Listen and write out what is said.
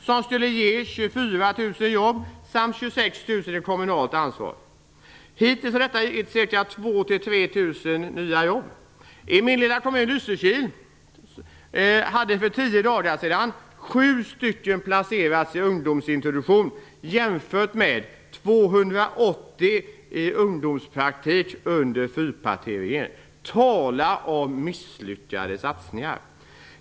Denna skulle ge 24 000 jobb samt 26 000 som omfattas av kommunalt ansvar. Hittills har detta gett mellan 2000 I min lilla kommun Lysekil hade för tio dagar sedan sju stycken placerats i ungdomsintroduktion, att jämföra med 280 i ungdomspraktik under fyrpartiregeringen. Tala om misslyckade satsningar!